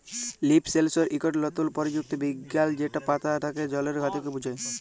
leaf সেলসর ইকট লতুল পরযুক্তি বিজ্ঞাল যেট পাতা থ্যাকে জলের খতিকে বুঝায়